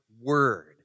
word